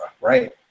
right